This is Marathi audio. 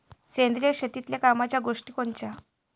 सेंद्रिय शेतीतले कामाच्या गोष्टी कोनच्या?